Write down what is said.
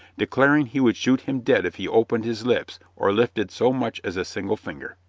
declaring he would shoot him dead if he opened his lips or lifted so much as a single finger.